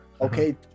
Okay